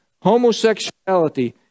Homosexuality